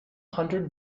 hundred